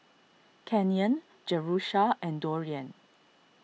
Canyon Jerusha and Dorian